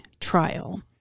trial